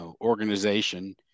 organization